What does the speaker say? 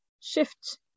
shift